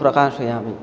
प्रकाशयामि